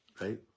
right